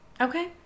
Okay